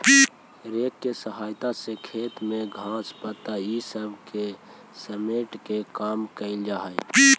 rake के सहायता से खेत में घास, पत्ता इ सब के समेटे के काम कईल जा हई